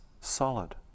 solid